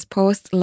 Post